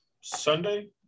Sunday